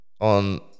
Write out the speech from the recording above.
on